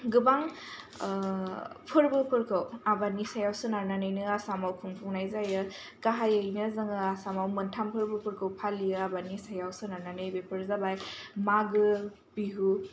गोबां फोरबोफोरखौ आबादनि सायाव सोनारनानैनो आसामाव खुंफुंनाय जायो गाहायैनो जोङो आसामाव मोनथाम फोरबोफोरखौ फालियो आबादनि सायाव सोनारनानै बेफोर जाबाय मागो बिहु